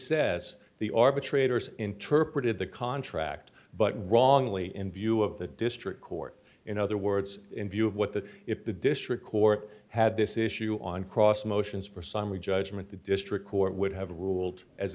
says the arbitrators interpreted the contract but wrongly in view of the district court in other words in view of what the if the district court had this issue on cross motions for summary judgment the district court would have ruled as